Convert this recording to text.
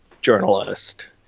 journalist